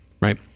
right